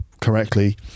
correctly